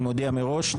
אני מודיע מראש,